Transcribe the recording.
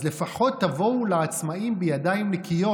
אז לפחות תבואו לעצמאים בידיים נקיות.